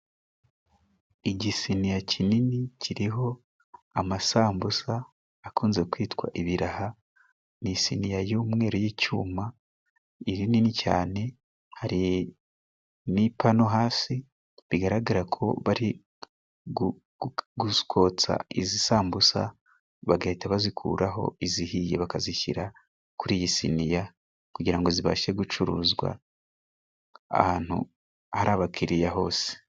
Igisiniya kinini kiriho amasambusa akunze kwitwa ibiraha. Ni isiniya y'umweru y'icyuma rinini cyane hari n'ipanu hasi bigaragara ko bari gu kotsa,l izi sambusa bagahita bazikuraho izihiye bakazishira kuri iyi siniya kugira ngo ngo zibashe gucuruzwa ahantu ari abakiriya hose.